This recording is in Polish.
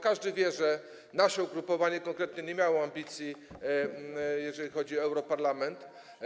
Każdy wie, że nasze ugrupowanie konkretnie nie miało ambicji, jeżeli chodzi o europarlament.